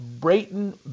Brayton